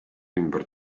ümber